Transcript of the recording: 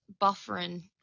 buffering